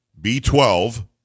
B12